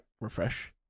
refresh